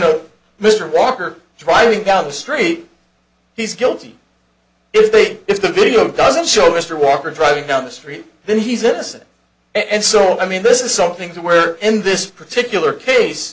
know mr walker driving down the street he's guilty if they if the video doesn't show is for walker driving down the street then he's innocent and so i mean this is something to where in this particular case